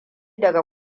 daga